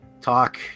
talk